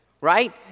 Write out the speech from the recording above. right